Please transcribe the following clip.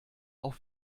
auf